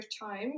time